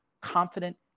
confident